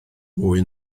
mwy